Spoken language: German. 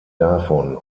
davon